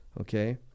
Okay